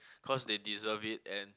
cause they deserve it and